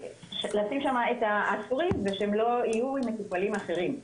שם את העצורים ושהם לא יהיו עם מטופלים אחרים.